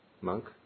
monk